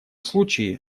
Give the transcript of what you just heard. случае